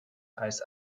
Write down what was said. als